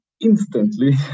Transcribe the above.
instantly